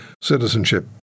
citizenship